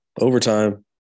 overtime